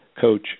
coach